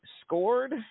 scored